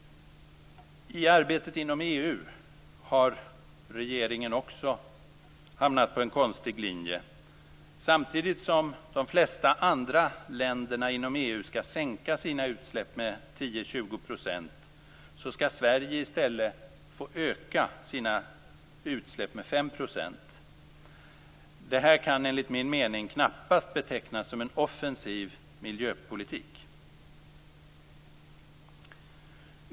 I arbetet inom EU har regeringen också hamnat på en konstig linje. Samtidigt som de flesta andra länderna inom EU skall sänka sina utsläpp med 10-20 % skall Sverige i stället få öka sina utsläpp med 5 %. Det här kan enligt min mening knappast betecknas som en offensiv miljöpolitik.